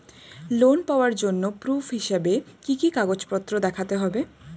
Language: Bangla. লোন পাওয়ার জন্য প্রুফ হিসেবে কি কি কাগজপত্র দেখাতে হবে?